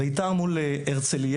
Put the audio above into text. בית"ר מול הרצליה,